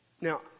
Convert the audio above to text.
now